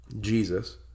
Jesus